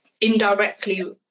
indirectly